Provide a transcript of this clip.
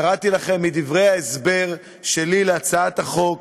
קראתי לכם מדברי ההסבר שלי להצעת החוק,